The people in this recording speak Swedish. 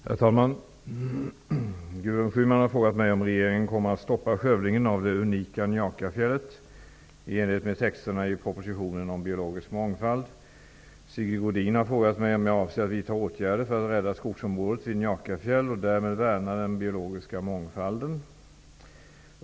Herr talman! Gudrun Schyman har frågat mig om regeringen kommer att stoppa skövlingen av det unika Njakafjället i enlighet med texterna i propositionen om biologisk mångfald. Sigge Godin har frågat mig om jag avser att vidta åtgärder för att rädda skogsområdet vid Njakafjäll och därmed värna den biologiska mångfalden.